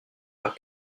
leur